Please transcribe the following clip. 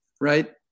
right